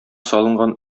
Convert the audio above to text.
салынган